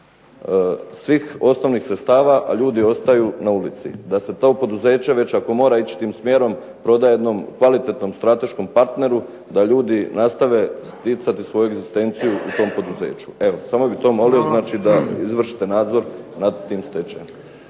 svih osnovnih sredstava a ljudi ostaju na ulici. Da se to poduzeće već ako mora ići tim smjerom proda jednom kvalitetnom strateškom partneru da ljudi nastave sticati svoju egzistenciju u tom poduzeću. Evo, samo bih to molio znači da izvršite nadzor nad tim stečajem.